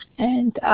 and